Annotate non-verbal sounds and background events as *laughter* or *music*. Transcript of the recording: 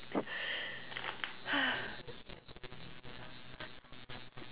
*breath*